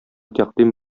тәкъдим